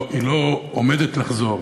לא, היא לא עומדת לחזור,